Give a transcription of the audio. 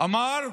אמר: